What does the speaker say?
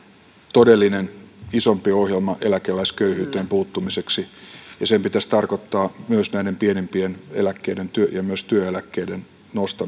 todellinen isompi ohjelma eläkeläisköyhyyteen puuttumiseksi ja sen pitäisi tarkoittaa näiden pienempien eläkkeiden myös työeläkkeiden nostamista sekä